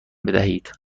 بدهید